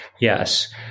Yes